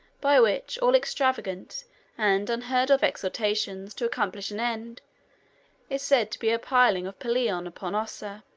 by which all extravagant and unheard-of exertions to accomplish an end is said to be a piling of pelion upon ossa.